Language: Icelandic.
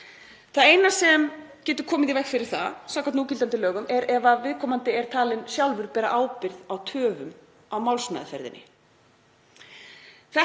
Það eina sem getur komið í veg fyrir það samkvæmt núgildandi lögum er ef viðkomandi er talinn sjálfur bera ábyrgð á töfum á málsmeðferðinni.